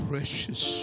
Precious